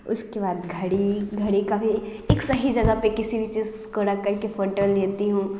उसके बाद घड़ी घड़ी का भी एक सही जगह पर किसी भी चीज़ को रखकर के फोटो लेती हूँ